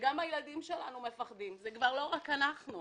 גם הילדים שלנו מפחדים, זה כבר לא רק אנחנו.